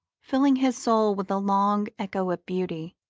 filling his soul with the long echoes of beauty.